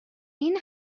این